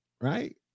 Right